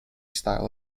style